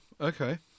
Okay